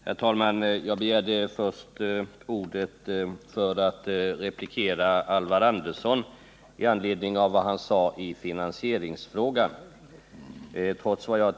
Herr talman! Jag begärde närmast ordet för att replikera Alvar Andersson med anledning av vad han sade i finansieringsfrågan.